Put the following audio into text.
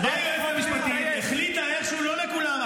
אז באה היועצת המשפטית והחליטה איכשהו, לא לכולם.